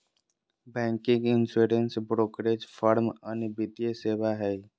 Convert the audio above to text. banking, insurance, brokerage firm अन्य वित्तीय सेवा हय